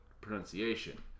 pronunciation